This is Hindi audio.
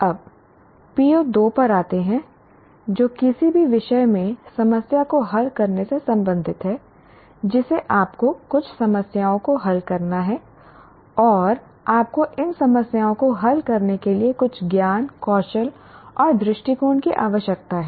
अब PO2 पर आते हैं जो किसी भी विषय में समस्या को हल करने से संबंधित है जिसे आपको कुछ समस्याओं को हल करना है और आपको इन समस्याओं को हल करने के लिए कुछ ज्ञान कौशल और दृष्टिकोण की आवश्यकता है